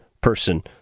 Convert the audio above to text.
person